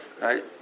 Right